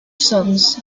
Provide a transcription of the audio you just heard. sons